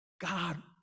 God